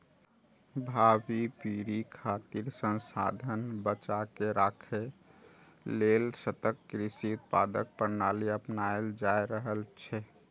भावी पीढ़ी खातिर संसाधन बचाके राखै लेल सतत कृषि उत्पादन प्रणाली अपनाएल जा रहल छै